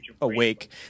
awake